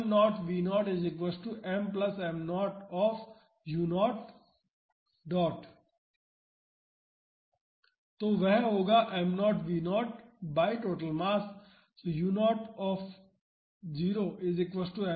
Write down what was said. तो वह होगा m0 v0 by total mass